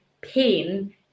pain